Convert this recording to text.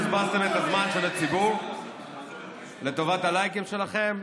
בזבזתם את זמן של הציבור לטובת הלייקים שלכם.